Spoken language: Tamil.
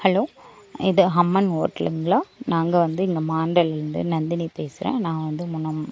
ஹலோ இது அம்மன் ஹோட்டலுங்களா நாங்கள் வந்து இந்த மாண்டல்லேந்து நந்தினி பேசுகிறேன் நான் வந்து முன்னே